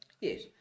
Yes